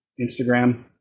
Instagram